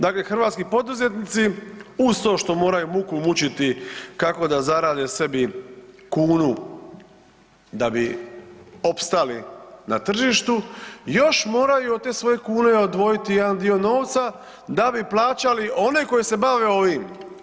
Dakle hrvatski poduzetnici, uz to što moraju muku mučiti kako da zarade sebi kunu da bi opstali na tržištu još moraju od te svoje kune odvojiti jedan dio novca da bi plaćali one koji se bave ovime.